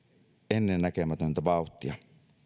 ennennäkemätöntä vauhtia